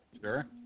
Sure